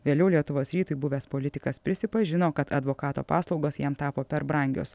vėliau lietuvos rytui buvęs politikas prisipažino kad advokato paslaugos jam tapo per brangios